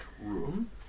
room